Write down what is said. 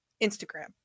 Instagram